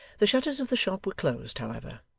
the shutters of the shop were closed, however,